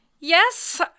yes